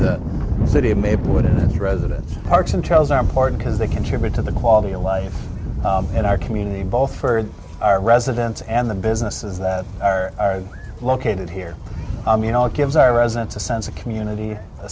the residence parks and trails are important because they contribute to the quality of life in our community both for our residents and the businesses that are located here you know it gives our residents a sense of community a